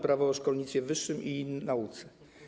Prawo o szkolnictwie wyższym i nauce.